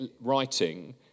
writing